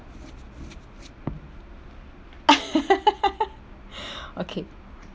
okay